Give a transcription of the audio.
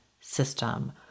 system